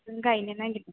बेखौनो गायनो नागेरदों